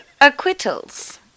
Acquittals